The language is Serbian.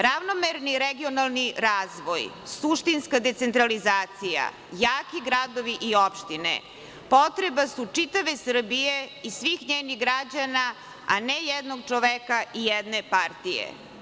Ravnomerni regionalni razvoj, suštinska decentralizacija, jaki gradovi i opštine potreba su čitave Srbije i svih njenih građana, a ne jednog čoveka i jedne partije.